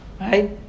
Right